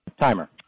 Timer